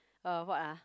uh what ah